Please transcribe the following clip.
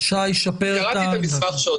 הסיפור של העברת הדחיפות שהוא מאוד מאוד חשוב ונראה